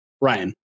Ryan